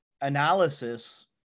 analysis